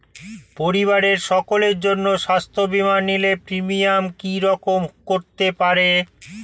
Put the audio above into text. পরিবারের সকলের জন্য স্বাস্থ্য বীমা নিলে প্রিমিয়াম কি রকম করতে পারে?